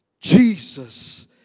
Jesus